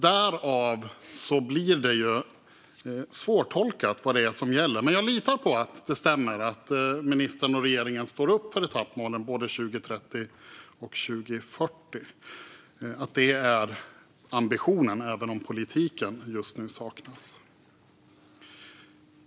Därför blir det svårt att tolka vad det är som gäller, men jag litar på att detta stämmer och på att ministern och regeringen står upp för etappmålen både 2030 och 2040. Jag litar på att det är ambitionen, även om politiken just nu saknas.